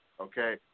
Okay